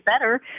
better